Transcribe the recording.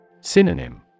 Synonym